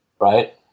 Right